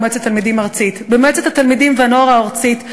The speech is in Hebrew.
למועצת התלמידים הארצית: במועצת התלמידים והנוער הארצית,